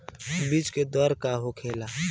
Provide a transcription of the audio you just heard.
बीज के दर का होखेला?